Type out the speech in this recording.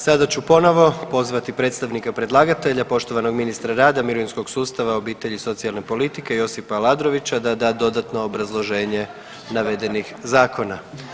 Sada ću ponovo pozvati predstavnika predlagatelja poštovano ministra rada, mirovinskog sustava, obitelji i socijalne politike Josipa Aladrovića da da dodatno obrazloženje navedenih zakona.